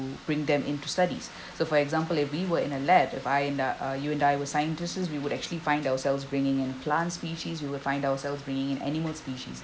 bring them into studies so for example if we were in a led if I and uh you and I were scientists we would actually find ourselves bringing in plant species you will find ourselves bringing in animal species